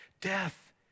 death